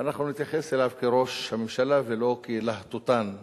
ואנחנו נתייחס אליו כאל ראש הממשלה ולא כאל להטוטן,